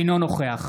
אינו נוכח